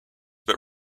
but